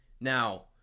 Now